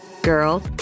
Girl